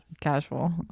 casual